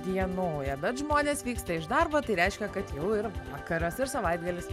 dienoja bet žmonės vyksta iš darbo tai reiškia kad jau ir vakaras ir savaitgalis